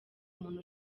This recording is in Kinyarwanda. umuntu